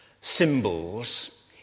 symbols